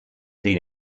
seen